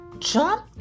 Jump